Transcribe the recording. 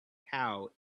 cow